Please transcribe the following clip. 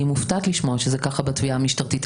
אני מופתעת לשמוע שזה ככה בתביעה המשטרתית.